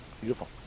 Beautiful